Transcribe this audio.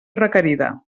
requerida